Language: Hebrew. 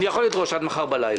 אני יכול לדרוש עד מחר בלילה.